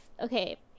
Okay